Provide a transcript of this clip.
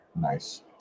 Nice